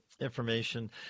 information